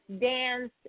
dance